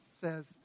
says